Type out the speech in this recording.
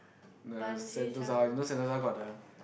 the Sentosa one you know Sentosa got the